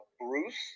Bruce